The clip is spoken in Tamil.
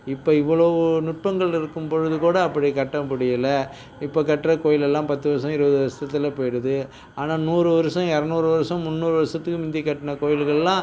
இப்போ இவ்வளவு நுட்பங்கள் இருக்கும் பொழுது கூட அப்படி கட்ட முடியலை இப்போ கட்டுற கோயில் எல்லாம் பத்து வருடம் இருபது வருஷத்தில் போயிடுது ஆனால் நூறு வருடம் இரநூறு வருடம் முந்நூறு வருஷத்துக்கு முந்தி கட்டின கோயிலுங்க எல்லாம்